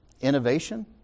Innovation